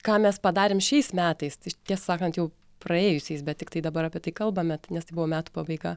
ką mes padarėm šiais metais tiesą sakant jau praėjusiais bet tiktai dabar apie tai kalbame nes tai buvo metų pabaiga